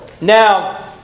Now